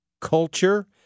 culture